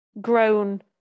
grown